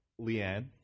Leanne